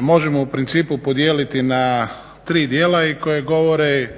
možemo u principu podijeliti na 3 dijela i koje govori,